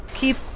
Keep